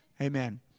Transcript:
Amen